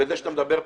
בזה שאתה מדבר פה,